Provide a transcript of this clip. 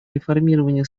реформирования